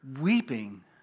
weeping